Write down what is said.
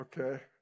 Okay